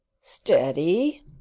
steady